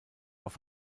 auf